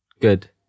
Good